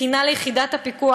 תקינה ליחידת הפיקוח,